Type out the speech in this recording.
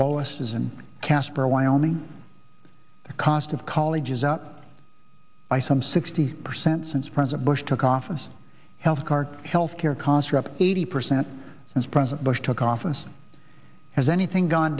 lowest is and casper wyoming the cost of college is up by some sixty percent since president bush took office health kark health care costs are up eighty percent since president bush took office has anything gone